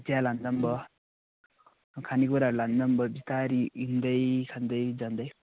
चिया लाँदा भयो खाने कुराहरू लाँदा भयो बिस्तारो हिँड्दै खाँदै जाँदै